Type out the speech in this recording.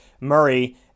Murray